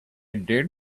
deal